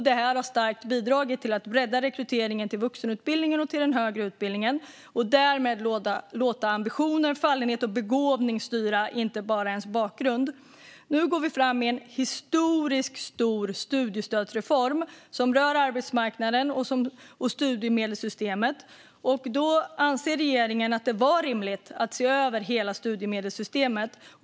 Detta har starkt bidragit till att bredda rekryteringen till vuxenutbildningen och till den högre utbildningen och därmed låta ambitioner, fallenhet och begåvning styra - inte bara människors bakgrund. Nu går vi fram med en historiskt stor studiestödsreform som rör arbetsmarknaden och studiemedelssystemet. Regeringen anser att det var rimligt att se över hela studiemedelssystemet.